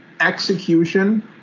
execution